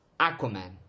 Aquaman